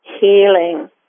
healing